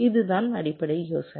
இதுதான் அடிப்படை யோசனை